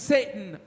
Satan